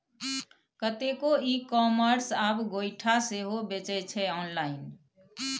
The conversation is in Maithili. कतेको इ कामर्स आब गोयठा सेहो बेचै छै आँनलाइन